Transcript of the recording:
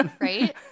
Right